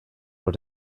were